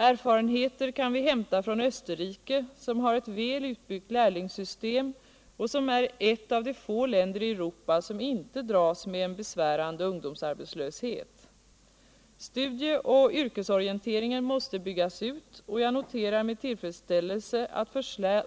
Erfarenheter kan vi hämta från Österrike, som har ett väl utbyggt lärlingssystem och som är ett av de få länder i Europa som inte dras med en besvärande ungdomsarbetslöshet. 2. Swdie och yrkesorienteringen måste byggas ut, och jag noterar med tillfredsställelse att